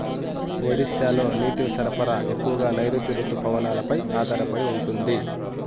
ఒడిశాలో నీటి సరఫరా ఎక్కువగా నైరుతి రుతుపవనాలపై ఆధారపడి ఉంటుంది